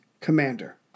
commander